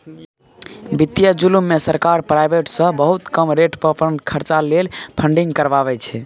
बित्तीय जुलुम मे सरकार प्राइबेट सँ बहुत कम रेट पर अपन खरचा लेल फंडिंग करबाबै छै